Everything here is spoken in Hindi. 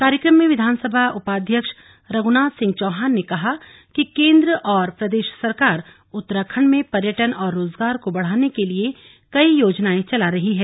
कार्यक्रम में विधानसभा उपाध्यक्ष रघ्नाथ सिंह चौहान ने कहा कि केंद्र व प्रदेश सरकार उत्तराखंड में पर्यटन व रोजगार को बढ़ाने के लिए कई योजनाएं चला रही है